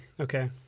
okay